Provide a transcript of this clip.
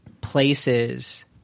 places